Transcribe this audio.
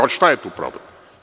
Ali, šta je tu problem?